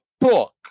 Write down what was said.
book